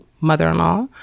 mother-in-law